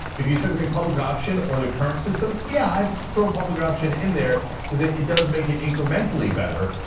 if you said to me, public option or the current system, yeah, i'd throw public option in there cuz it does make it incrementally better.